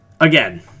again